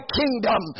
kingdom